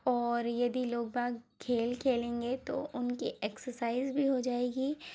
और यदि लोग बाग खेल खेलेंगे तो उनके एक्सरसाइज भी हो जाएगी